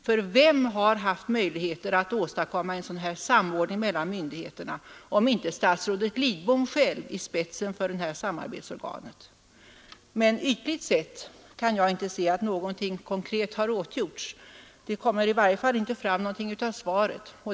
För vem har haft möjligheter att åstadkomma en sådan samordning mellan myndigheterna om inte statsrådet Lidbom själv i spetsen för detta samarbetsorgan? Men ytligt sett kan jag inte se att någonting konkret har gjorts. Det kommer i varje fall inte fram något av svaret.